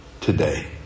today